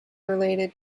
related